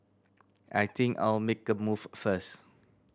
I think I'll make a move first